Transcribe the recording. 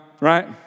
right